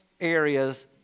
areas